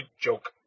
joke